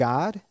God